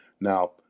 Now